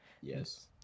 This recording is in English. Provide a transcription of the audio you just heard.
Yes